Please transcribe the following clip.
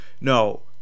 No